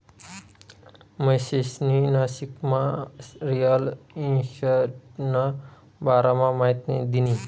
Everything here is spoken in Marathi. महेशनी नाशिकमा रिअल इशटेटना बारामा माहिती दिनी